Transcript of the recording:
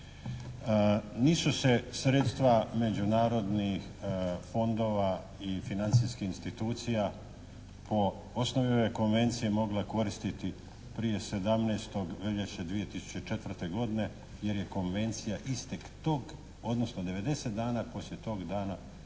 Nisu se sredstva međunarodnih fondova i financijskih institucija po osnovi ove konvencije mogla koristiti prije 17. veljače 2004. godine jer je konvencija istog tog odnosno 90 dana poslije tog dana